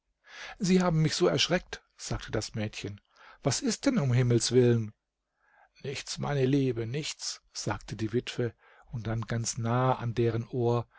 sie haben mich so erschreckt sagte das mädchen was ist denn um himmelswillen nichts meine liebe nichts sagte die witwe und dann ganz nah an deren ohr